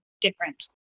different